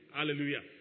Hallelujah